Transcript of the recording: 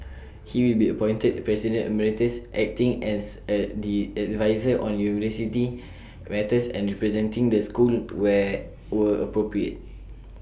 he will be appointed president Emeritus acting as A D adviser on university matters and representing the school where were appropriate